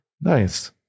nice